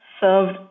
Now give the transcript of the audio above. served